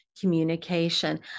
communication